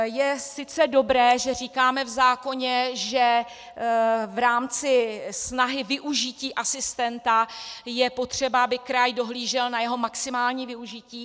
Je sice dobré, že říkáme v zákoně, že v rámci snahy využití asistenta je potřeba, aby kraj dohlížel na jeho maximální využití.